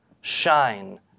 shine